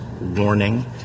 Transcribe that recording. warning